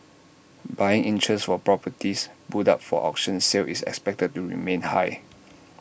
buying interest for properties put up for auction sale is expected to remain high